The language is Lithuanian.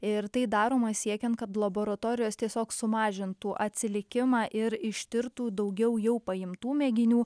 ir tai daroma siekiant kad laboratorijos tiesiog sumažintų atsilikimą ir ištirtų daugiau jau paimtų mėginių